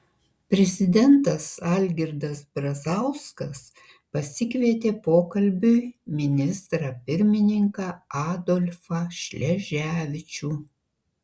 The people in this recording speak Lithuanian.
prezidentas algirdas brazauskas pasikvietė pokalbiui ministrą pirmininką adolfą šleževičių